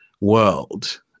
world